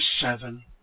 seven